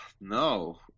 No